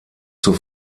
zur